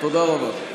תודה רבה.